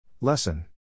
Lesson